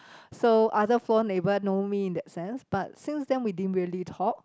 so other floor neighbour know me in the sense but since then we didn't really talk